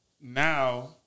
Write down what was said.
now